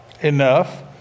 enough